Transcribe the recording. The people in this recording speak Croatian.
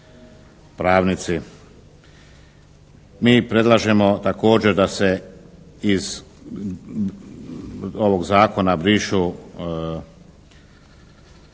pravnici. Mi predlažemo također da se iz ovog zakona brišu